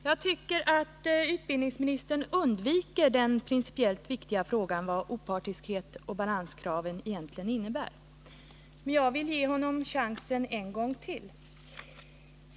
Jag tycker att utbildningsministern undviker den principiellt viktiga frågan om vad kraven på opartiskhet och balans egentligen innebär. Men jag vill ge honom chansen en gång till.